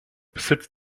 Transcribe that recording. besitzt